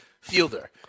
fielder